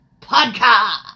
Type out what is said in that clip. podcast